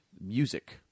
music